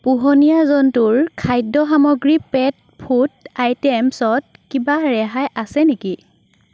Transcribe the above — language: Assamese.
পোহনীয়া জন্তুৰ খাদ্য সামগ্ৰীত পেট ফুড আইটেমছত কিবা ৰেহাই আছে নেকি